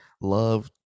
Love